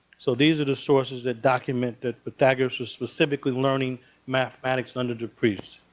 so these are the sources that document that pythagoras was specifically learning mathematics under the priest.